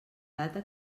data